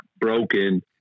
broken